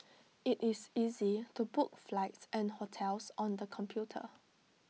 IT is easy to book flights and hotels on the computer